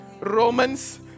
Romans